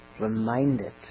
reminded